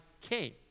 came